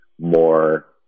more